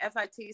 FIT